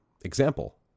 example